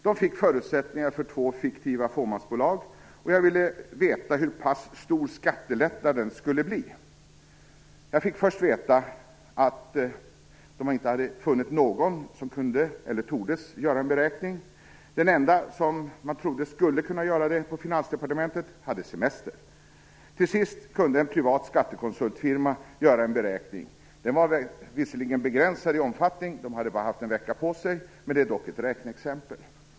Den fick förutsättningarna för två fiktiva fåmansbolag, och jag ville veta hur pass stor skattelättnaden skulle bli. Jag fick först veta att man inte hade funnit någon som kunde eller tordes göra en beräkning. Den enda som man trodde skulle kunna göra det på Finansdepartementet hade semester. Till sist kunde en privat skattekonsultfirma göra en beräkning. Den var visserligen begränsad till omfattningen - man hade bara haft en vecka på sig - men det är dock ett räkneexempel.